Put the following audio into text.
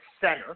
center